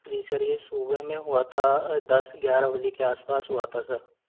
जी sir ये सुबह में हुआ था दस ग्यारह बजे के आसपास हुआ था सर